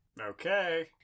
Okay